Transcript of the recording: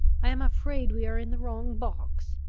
i am afraid we are in the wrong box!